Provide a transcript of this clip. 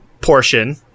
portion